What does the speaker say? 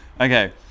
okay